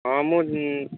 ହଁ ମୁଁ